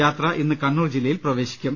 യാത്ര ഇന്ന് കണ്ണൂരിൽ ജില്ലയിൽ പ്രവേശിക്കും